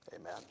Amen